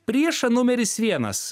priešą numeris vienas